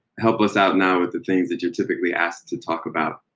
help us out now with the things that you're typically asked to talk about.